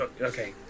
Okay